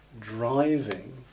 driving